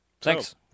Thanks